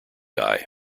eye